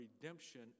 redemption